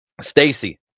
Stacy